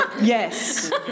Yes